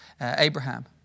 Abraham